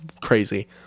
crazy